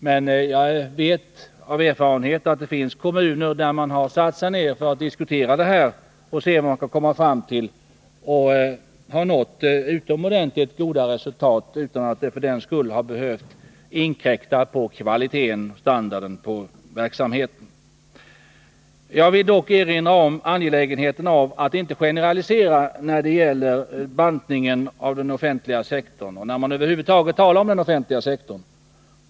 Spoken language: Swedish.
Men jag vet av erfarenhet att det finns kommuner där man har satt sig ned för att diskutera för att se vad man kan komma fram till — och har nått utomordentligt goda resultat utan att det har behövt inkräkta på kvaliteten i verksamheten. Jag vill dock erinra om angelägenheten av att inte generalisera när det gäller bantningen av den offentliga sektorn — och när man över huvud taget talar om den offentliga sektorn.